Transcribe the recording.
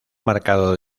marcado